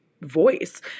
voice